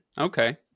Okay